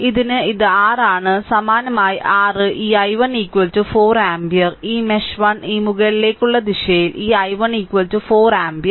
ഇതിന് ഇത് r ആണ് സമാനമായി r ഈ i1 4 ആമ്പിയർ ഈ മെഷ് 1 ഈ മുകളിലേക്കുള്ള ദിശയിൽ ഈ i1 4 ആമ്പിയർ